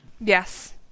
Yes